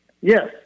Yes